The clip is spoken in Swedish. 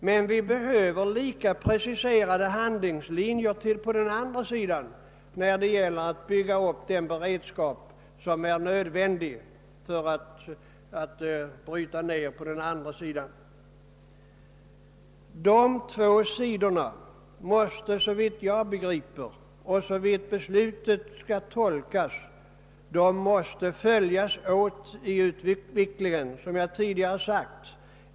Men vi behöver lika preciserade handlingslinjer för beslutets andra del, som gäller uppbyggandet av den beredskap som är nödvändig för att den beslutade avvecklingen skall kunna ske. Genomförandet av dessa två delar av beslutet måste, såsom jag tidigare framhållit, såvida jag tolkar beslutet rätt, ske jämsides.